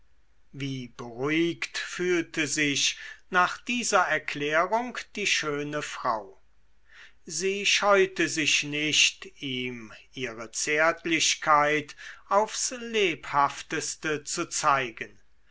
wie beruhigt fühlte sich nach dieser erklärung die schöne frau sie scheute sich nicht ihm ihre zärtlichkeit aufs lebhafteste zu zeigen